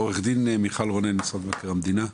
עו"ד מיכל רונן, משרד מבקר המדינה.